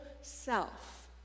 self